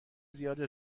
زیاد